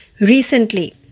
recently